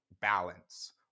balance